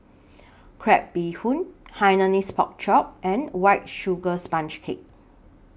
Crab Bee Hoon Hainanese Pork Chop and White Sugar Sponge Cake